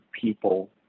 people